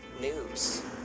news